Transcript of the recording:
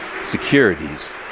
securities